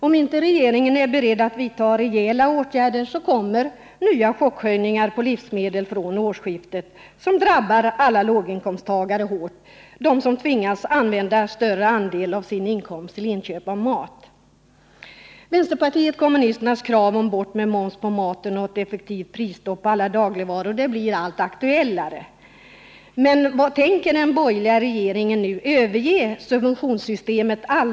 Om inte regeringen är beredd att vidta rejäla åtgärder, så kommer nya chockhöjningar på livsmedel från årsskiftet som drabbar alla låginkomsttagare hårt — de som tvingas använda större delen av sin inkomst till inköp av mat. Vänsterpartiet kommunisternas krav om borttagande av momsen på maten och ett effektivt prisstopp på alla dagligvaror blir allt aktuellare. Men tänker den borgerliga regeringen nu helt överge subventionssystemet?